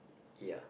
ya